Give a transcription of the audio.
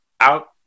out